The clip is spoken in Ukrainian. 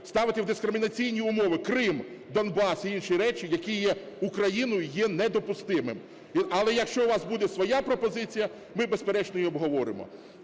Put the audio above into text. ставити в дискримінаційні умови Крим, Донбас і інші речі, які є Україною, є недопустимим. Але, якщо у вас буде своя пропозиція, ми, безперечно, її обговоримо.